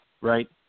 Right